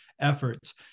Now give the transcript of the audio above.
efforts